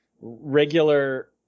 regular